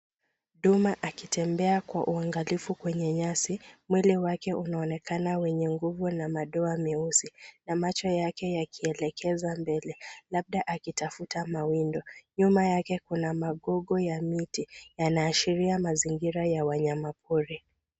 Nduma akitembea kwa uangalifu kwenye nyasi, Mwili wake unaonekana wenye nguvu na madoa meusi na macho yake yakielekeza mbele. Labda akitafuta mawindo, nyuma yake kuna magogo ya miti yanaashiria mazingira ya wanyama pori.